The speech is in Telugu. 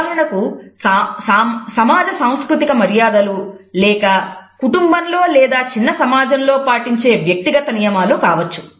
ఉదాహరణకు సమాజ సాంస్కృతిక మర్యాదలు లేక కుటుంబంలో లేదా చిన్న సమాజంలో పాటించే వ్యక్తిగత నియమాలు కావచ్చు